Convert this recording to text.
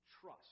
trust